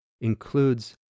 includes